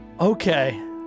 Okay